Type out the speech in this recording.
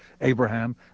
Abraham